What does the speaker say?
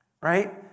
Right